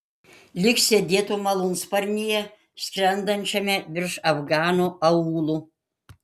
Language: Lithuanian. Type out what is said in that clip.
lyg sėdėtų malūnsparnyje skrendančiame virš afganų aūlų